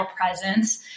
presence